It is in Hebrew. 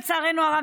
לצערנו הרב,